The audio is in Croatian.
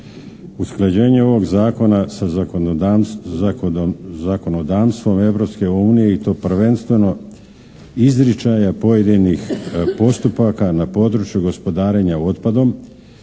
usklađenje ovog Zakona sa zakonodavstvom Europske unije i to prvenstveno izričaja pojedinih postupaka na području gospodarenja otpadom,